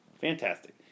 Fantastic